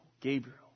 Gabriel